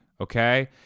okay